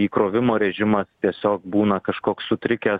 įkrovimo režimas tiesiog būna kažkoks sutrikęs